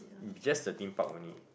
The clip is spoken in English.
just the Theme Park only